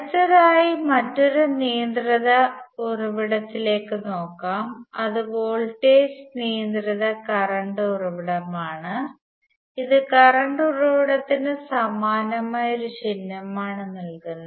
അടുത്തതായി മറ്റൊരു നിയന്ത്രിത ഉറവിടത്തിലേക്ക് നോക്കാം അത് വോൾട്ടേജ് നിയന്ത്രിത കറണ്ട് ഉറവിടമാണ് ഇത് കറണ്ട് ഉറവിടത്തിന് സമാനമായ ഒരു ചിഹ്നമാണ് നൽകുന്നത്